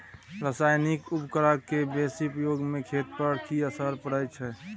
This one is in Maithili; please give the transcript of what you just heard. रसायनिक उर्वरक के बेसी प्रयोग से खेत पर की असर परै छै?